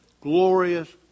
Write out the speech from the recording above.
glorious